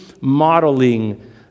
modeling